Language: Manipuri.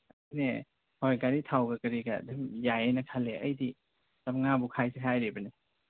ꯑꯗꯨꯅꯦ ꯍꯣꯏ ꯒꯥꯔꯤ ꯊꯥꯎꯒ ꯀꯔꯤꯒ ꯑꯗꯨꯝ ꯌꯥꯏꯌꯦꯅ ꯈꯜꯂꯦ ꯑꯩꯗꯤ ꯆꯥꯝꯃꯉꯥꯕꯨ ꯈꯥꯏꯁꯦ ꯍꯥꯏꯔꯤꯕꯅꯤ